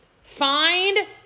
find